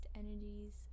energies